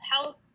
health